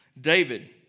David